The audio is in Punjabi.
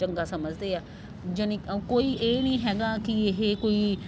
ਚੰਗਾ ਸਮਝਦੇ ਆ ਯਾਨੀ ਕੋਈ ਇਹ ਨਹੀਂ ਹੈਗਾ ਕਿ ਇਹ ਕੋਈ